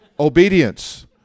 obedience